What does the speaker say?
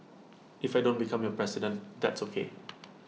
if I don't become your president that's ok